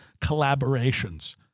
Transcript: collaborations